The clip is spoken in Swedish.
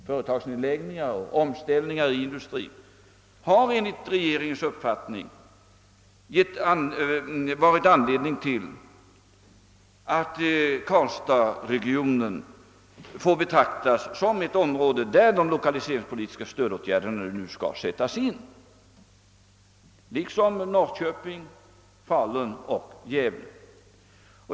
Företagsnedläggningar och omställningar inom industrin har enligt regeringens uppfattning varit anledningen till att karlstadsregionen får betraktas som ett område där de lokaliseringspolitiska stödåtgärderna nu skall sättas in, liksom även Norrköping, Falun och Gävle.